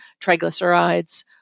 triglycerides